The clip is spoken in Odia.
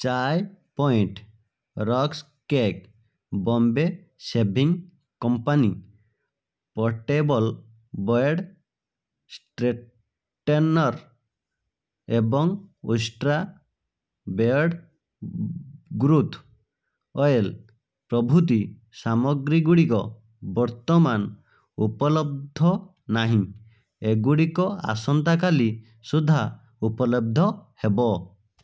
Chai point rusk cake Bombay shaving company portable Beardo straightener ଏବଂ ଉଷ୍ଟ୍ରା ବିୟର୍ଡ଼ୋ ଗ୍ରୋଥ୍ ଅଏଲ୍ ପ୍ରଭୃତି ସାମଗ୍ରୀଗୁଡ଼ିକ ବର୍ତ୍ତମାନ ଉପଲବ୍ଧ ନାହିଁ ଏଗୁଡ଼ିକ ଆସନ୍ତାକାଲି ସୁଦ୍ଧା ଉପଲବ୍ଧ ହେବ